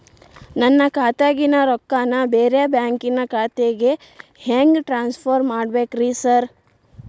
ನನ್ನ ಖಾತ್ಯಾಗಿನ ರೊಕ್ಕಾನ ಬ್ಯಾರೆ ಬ್ಯಾಂಕಿನ ಖಾತೆಗೆ ಹೆಂಗ್ ಟ್ರಾನ್ಸ್ ಪರ್ ಮಾಡ್ಬೇಕ್ರಿ ಸಾರ್?